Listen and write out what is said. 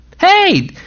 Hey